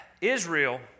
Israel